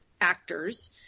actors